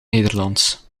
nederlands